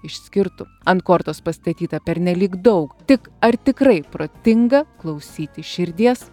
išskirtų ant kortos pastatyta pernelyg daug tik ar tikrai protinga klausyti širdies